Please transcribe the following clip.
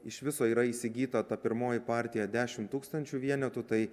iš viso yra įsigyta ta pirmoji partija dešimt tūkstančių vienetų tai